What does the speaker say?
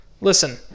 Listen